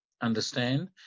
understand